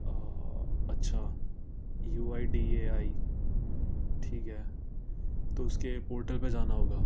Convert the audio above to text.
اچھا U I D A I ٹھیک ہے تو اس کے پورٹل پہ جانا ہوگا